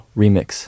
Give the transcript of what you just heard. remix